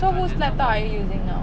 so whose laptop are you using now